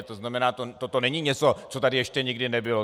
To znamená, toto není něco, co tady ještě nikdy nebylo.